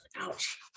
Ouch